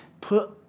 put